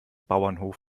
bauernhof